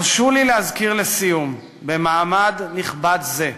הרשו לי להזכיר לסיום, במעמד נכבד זה,